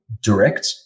direct